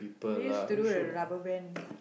we used to do the rubber band